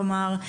כלומר,